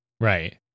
Right